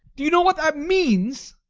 do you know what that means?